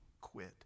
quit